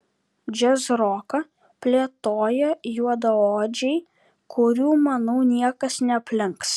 džiazroką plėtoja juodaodžiai kurių manau niekas neaplenks